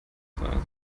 frei